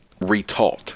retaught